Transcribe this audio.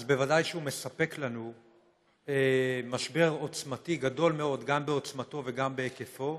אז ודאי שהוא מסמן משבר גדול מאוד גם בעוצמתו וגם בהיקפו,